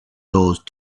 those